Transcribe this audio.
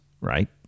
Right